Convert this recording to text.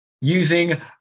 Using